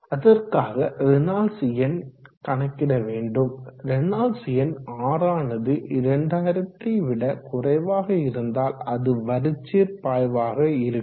அதற்காக ரேனால்ட்ஸ் எண் கணக்கிட வேண்டும் ரேனால்ட்ஸ் எண் Rஆனது 2000 ஐ விட குறைவாக இருந்தால் அது வரிச்சீர் பாய்வாக இருக்கும்